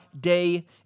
day